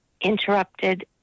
interrupted